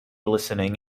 listening